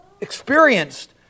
experienced